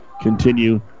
continue